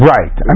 Right